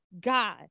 God